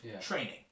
training